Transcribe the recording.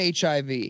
HIV